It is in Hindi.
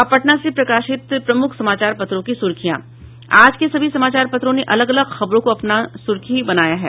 अब पटना से प्रकाशित प्रमुख समाचार पत्रों की सुर्खियां आज के सभी समाचार पत्रों ने अलग अलग खबरों को अपनी सुर्खी बनाया है